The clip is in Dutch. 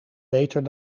beter